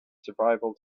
survival